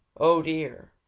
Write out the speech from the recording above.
oh dear,